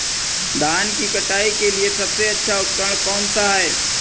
धान की कटाई के लिए सबसे अच्छा उपकरण कौन सा है?